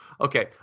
Okay